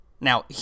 Now